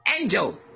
angel